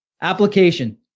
application